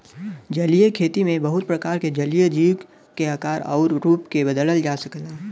जलीय खेती में बहुत प्रकार के जलीय जीव क आकार आउर रूप के बदलल जा सकला